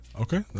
okay